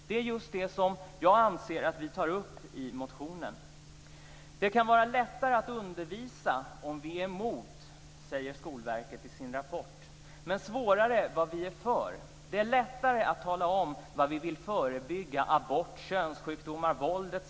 Det är just det som jag anser att vi tar upp i motionen. Skolverket säger i sin rapport att det kan vara lättare att undervisa om det som vi är emot men svårare att undervisa om det som vi är för. Det är lättare att tala om vad vi vill förebygga: abort, könssjukdomar, våld etc.